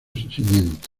siguiente